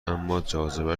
اماجاذبه